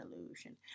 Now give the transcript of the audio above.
illusion